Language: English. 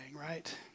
right